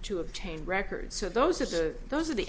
to obtain records so those are the those are the